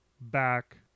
back